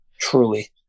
Truly